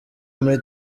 muri